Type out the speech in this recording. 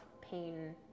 pain